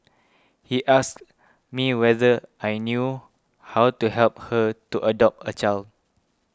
he asked me whether I knew how to help her to adopt a child